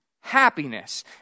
happiness